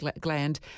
gland